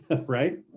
right